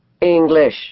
English